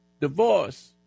divorce